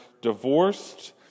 divorced